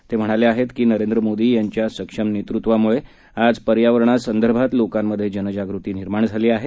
ते पुढे म्हणाले आहेत की नरेंद्र मोदी यांच्या सक्षम नेतृत्वामुळे आज पर्यावरणा संदर्भात लोकांमधे जनजागृती निर्माण झाली आहे